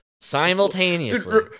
Simultaneously